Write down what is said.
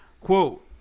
quote